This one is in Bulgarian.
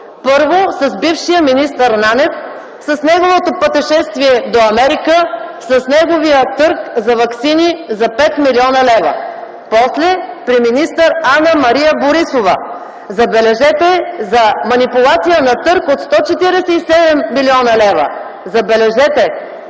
Първо – с бившия министър Нанев, с неговото пътешествие до Америка, с неговия търг за ваксини за 5 млн. лв. После – при министър Анна-Мария Борисова, забележете, за манипулация на търг от 147 млн. лв. Забележете,